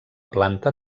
planta